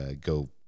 go